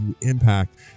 impact